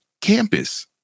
campus